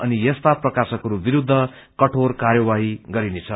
अनि यस्ता प्रकाशकहरू विरूद्ध कठोर र्कायवाही गरिनेछ